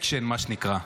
מה קרה,